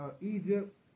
Egypt